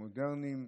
מודרניים,